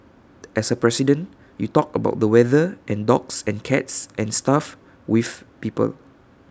as A president you talk about the weather and dogs and cats and stuff with people